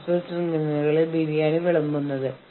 കൂടാതെ ചില പൊതുതത്വങ്ങൾ പര്യവേക്ഷണം ചെയ്യേണ്ടതുണ്ട്